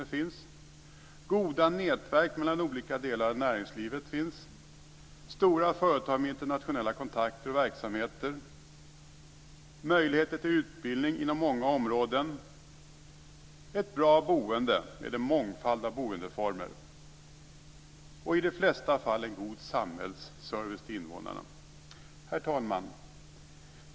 Det finns även goda nätverk mellan olika delar av näringslivet liksom stora företag med internationella kontakter och verksamheter. Slutligen finns det möjligheter till utbildning inom många områden samt ett bra boende med en mångfald av boendeformer. I de flesta fall finns det också en god samhällsservice till invånarna. Herr talman!